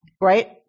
right